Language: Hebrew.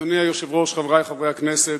אדוני היושב-ראש, חברי חברי הכנסת,